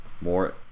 More